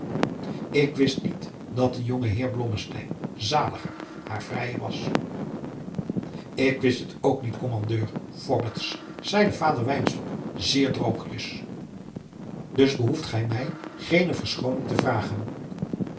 ik wist niet dat de jonge heer blommesteyn zaliger haar vrijer was ik wist het ook niet kommandeur fobberts zeide vader wynstok zeer droogjes dus behoeft gij mij geene verschooning te vragen